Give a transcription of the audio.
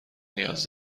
نیاز